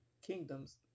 kingdoms